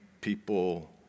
people